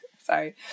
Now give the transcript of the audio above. sorry